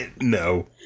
No